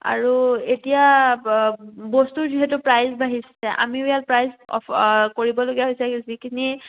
আৰু এতিয়া বস্তুৰ যিহেতু প্ৰাইজ বাঢ়িছে আমিও ইয়াত প্ৰাইজ কৰিবলগীয়া হৈছে যিখিনি